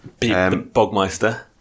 Bogmeister